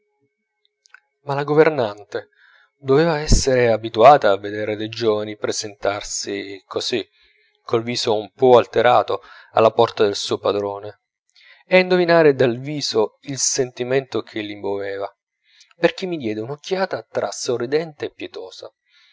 ma la governante doveva esser abituata a veder dei giovani presentarsi così col viso un po alterato alla porta del suo padrone e a indovinare dal viso il sentimento che li moveva perchè mi diede un'occhiata tra sorridente e pietosa